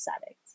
settings